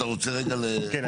מאה אחוז.